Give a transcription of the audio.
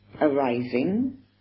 arising